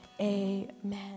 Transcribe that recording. Amen